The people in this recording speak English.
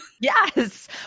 Yes